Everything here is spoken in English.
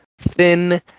thin